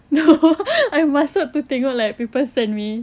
no I masuk to tengok like people send me